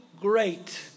great